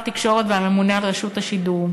שר התקשורת והממונה על רשות השידור.